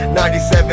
97